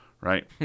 Right